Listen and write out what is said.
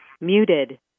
Muted